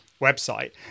website